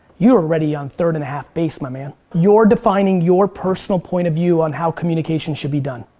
you're already on third and a half base, my man. you're defining your personal point of view on how communication should be done,